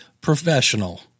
professional